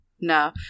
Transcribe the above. No